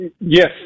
Yes